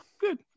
Good